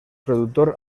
productor